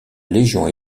légion